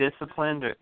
disciplined